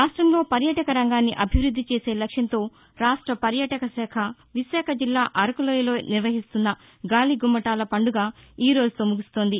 రాష్టంలో పర్యాటక రంగాన్ని అభివృద్ది చేసే లక్ష్యంతో రాష్ట పర్యాటక శాఖ విశాఖ జిల్లా అరకు లోయలో నిర్వహిస్తున్న గాలి గుమ్మటాల పండుగ ఈ రోజుతో ముగుస్తోంది